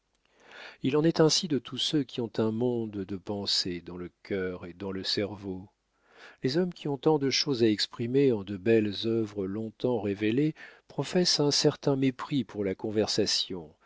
il en est ainsi de tous ceux qui ont un monde de pensées dans le cœur et dans le cerveau les hommes qui ont tant de choses à exprimer en de belles œuvres long-temps rêvées professent un certain mépris pour la conversation